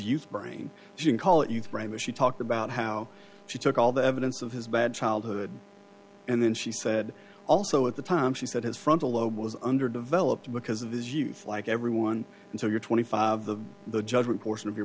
youth brain and call it youth brain when she talked about how she took all the evidence of his bad childhood and then she said also at the time she said his frontal lobe was underdeveloped because of his youth like everyone until you're twenty five the the judgment portion of your